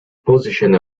position